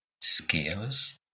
skills